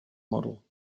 model